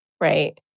right